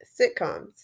sitcoms